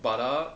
but ah